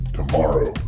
tomorrow